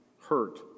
hurt